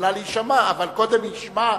שיכולה להישמע, אבל קודם נשמע,